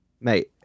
Mate